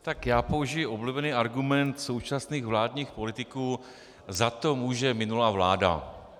Tak já použiji oblíbený argument současných vládních politiků: za to může minulá vláda.